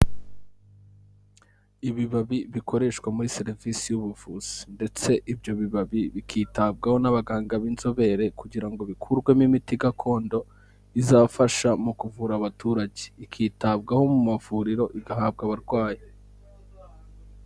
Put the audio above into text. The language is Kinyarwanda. Ibibabi bikoreshwa muri serivisi y'ubuvuzi. Ndetse ibyo bibabi bikitabwaho n'abaganga b'inzobere, kugira ngo bikurwemo imiti gakondo izafasha mu kuvura abaturage. Ikitabwaho mu mavuriro igahabwa abarwayi.